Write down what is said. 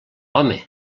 home